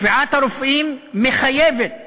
שבועת הרופאים מחייבת